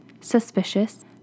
Suspicious